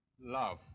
love